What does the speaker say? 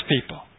people